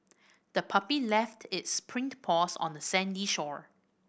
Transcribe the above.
the puppy left its print paws on the sandy shore